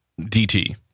DT